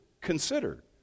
Consider